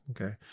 Okay